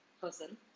person